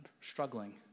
struggling